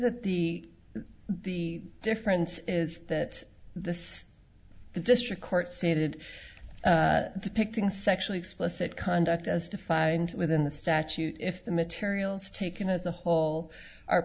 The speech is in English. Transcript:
that the the difference is that this district court stated depicting sexually explicit conduct as defined within the statute if the materials taken as a whole are